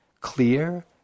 clear